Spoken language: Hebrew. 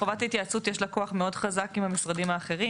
חובת התייעצות יש לה כוח מאוד חזק עם המשרדים האחרים,